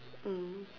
mm